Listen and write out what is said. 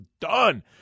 done